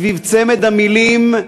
סביב צמד המילים,